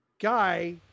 guy